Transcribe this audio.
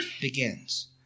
begins